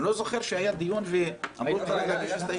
אני לא זוכר שהיה דיון ואמרו שאפשר להגיש הסתייגויות.